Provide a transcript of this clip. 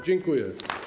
Dziękuję.